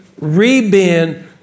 rebend